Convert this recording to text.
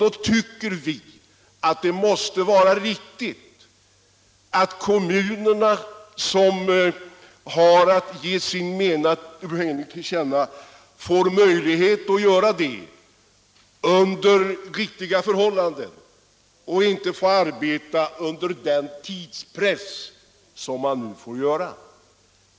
Då anser vi det vara riktigt att kommunerna får ge sin mening till känna under rimliga förhållanden och inte behöver arbeta under den tidspress som de nu får göra.